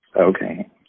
Okay